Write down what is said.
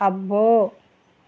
అబ్బో